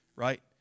right